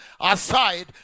aside